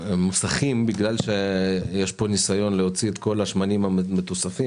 שיש פה ניסיון להוציא את כל השמנים המתוספים